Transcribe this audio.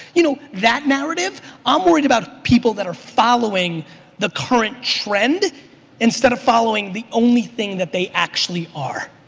you know, that narrative i'm worried about people that are following the current trend instead of following the only thing that they actually are.